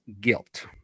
guilt